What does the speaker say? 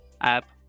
app